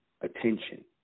attention